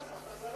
אבל יש אזרחות.